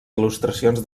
il·lustracions